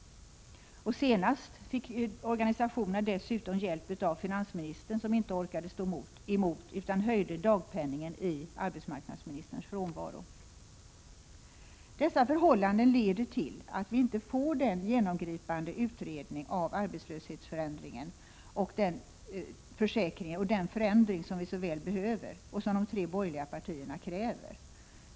Senast fick organisationerna dessutom hjälp av finansministern, som inte orkade stå emot utan höjde dagpenningen i arbetsmarknadsministerns frånvaro. Dessa förhållanden leder till att vi inte får den genomgripande utredning — Prot. 1986/87:94 av arbetslöshetsförsäkringen och den förändring som vi så väl behöver och 25 mars 1987 som de tre borgerliga partierna kräver.